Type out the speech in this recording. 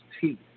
teeth